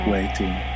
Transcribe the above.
Waiting